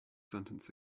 sentence